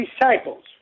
disciples